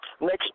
Next